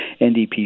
NDP